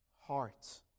Heart